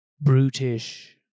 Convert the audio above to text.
brutish